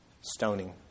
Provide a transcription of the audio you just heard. stoning